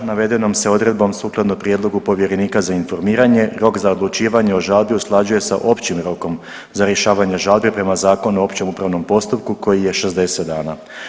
Navedenom se odredbom sukladno prijedlogu povjerenika za informiranje rok za odlučivanje o žalbi usklađuje sa općim rokom za rješavanje žalbe prema Zakonu o općem upravnom postupku koji je 60 dana.